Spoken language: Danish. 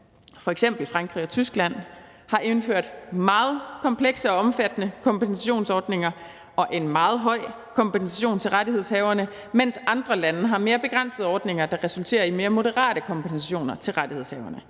f.eks. Frankrig og Tyskland, har indført meget komplekse og omfattende kompensationsordninger og en meget høj kompensation til rettighedshaverne, mens andre lande har mere begrænsede ordninger, der resulterer i mere moderate kompensationer til rettighedshaverne.